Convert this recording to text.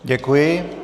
Děkuji.